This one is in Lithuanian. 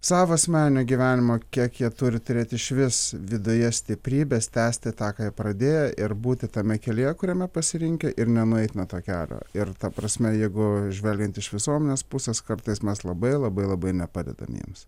savo asmeninio gyvenimo kiek jie turi turėt išvis viduje stiprybės tęsti tą ką jie pradėję ir būti tame kelyje kuriame pasirinkę ir nenueit nuo to kelio ir ta prasme jeigu žvelgiant iš visuomenės pusės kartais mes labai labai labai nepadedam jiems